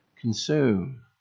consume